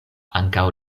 ankaŭ